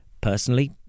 Personally